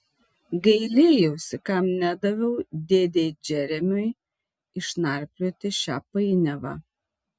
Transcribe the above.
gailėjausi kam nedaviau dėdei džeremiui išnarplioti šią painiavą